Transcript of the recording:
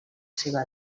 seva